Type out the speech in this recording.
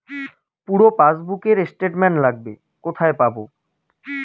পুরো পাসবুকের স্টেটমেন্ট লাগবে কোথায় পাব?